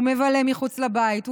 הוא מבלה מחוץ לבית,